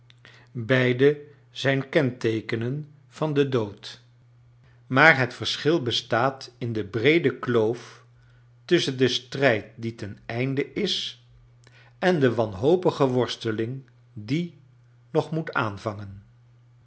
beide charles dickens zijn kenteekenen van den dood maar liet verschi bestaat in de bfeede klove tusscben den strijd die ten einde is en de wanhopige worsteling die nog moet aanvangen